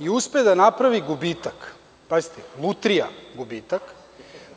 i uspe da napravi gubitak, pazite, Lutrija gubitak,